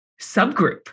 subgroup